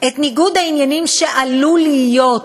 ניגוד העניינים שעלול להיות